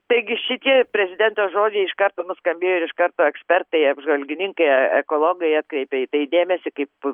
taigi šitie prezidento žodžiai iš karto nuskambėjo ir iš karto ekspertai apžvalgininkai ekologai atkreipė į tai dėmesį kaip